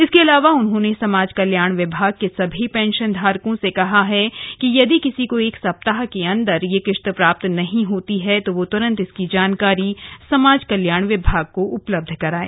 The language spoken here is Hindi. इसके अलावा उन्होंने समाजकल्याण विभाग के सभी पेंशन धारको से कहा है कि यदि किसी को एक सप्ताह अन्दर यह किश्त प्राप्त नही होती है तो वह तुरन्त इसकी जानकारी समाज कल्याण विभाग को उपलब्ध कराये